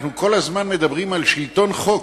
אנחנו כל הזמן מדברים על שלטון חוק.